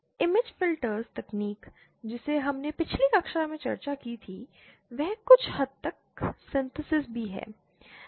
image filters तकनीक जिसे हमने पिछली कक्षा में चर्चा की थी वे कुछ हद तक सिंथेसिस भी हैं